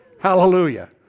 Hallelujah